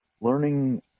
learning